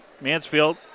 Mansfield